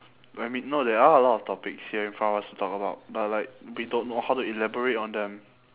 I mean no there are a lot of topics here in front of us to talk about but like we don't know how to elaborate on them